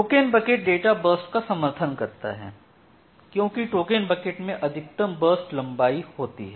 token bucket data burst का समर्थन करता है क्यूकि टोकन बकेट में अधिकतम बर्स्ट लंबाई होती है